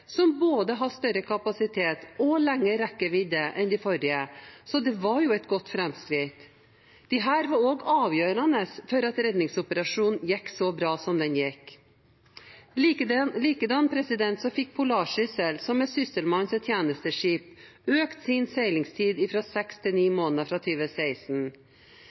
har både større kapasitet og lengre rekkevidde enn det forrige, så det var et godt framskritt. Disse var avgjørende for at redningsoperasjonen gikk så bra som den gjorde. Likedan fikk «Polarsyssel», som er Sysselmannens tjenesteskip, økt sin seilingstid fra seks til ni måneder fra